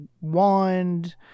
wand